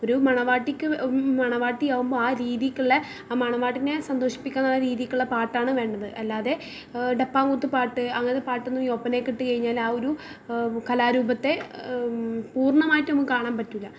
ഒരു മണവാട്ടിക്ക് മണവാട്ടി ആകുമ്പോൾ ആ രീതിക്കുള്ള ആ മണവാട്ടിനെ സന്തോഷിപ്പിക്കുക എന്നുള്ള രീതിക്കുള്ള പാട്ടാണ് വേണ്ടത് അല്ലാതെ ടെപ്പാങ്കൂത്ത് പാട്ട് അങ്ങനെ പാട്ടൊന്നും ഈ ഒപ്പനക്ക് കഴിഞ്ഞാൽ ആ ഒരു കലാരൂപത്തെ പൂർണമായിട്ടു നമുക്ക് കാണാമ്പറ്റൂല